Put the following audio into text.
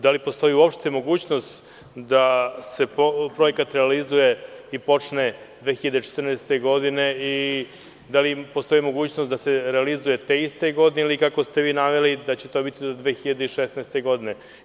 Da li postoji uopšte mogućnost da se projekat realizuje i počne 2014. godine i da li postoji mogućnost da se realizuje te iste godine, ili kako ste vi naveli da će to biti do 2016. godine?